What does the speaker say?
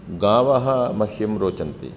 गावः मह्यं रोचन्ते